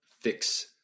fix